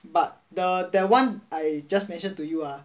but the that one I just mention to you ah